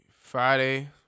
Friday